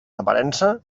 aparença